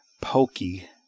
Pokey